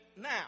now